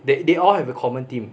they they all have a common theme